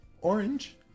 orange